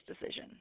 decision